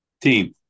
Team